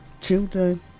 children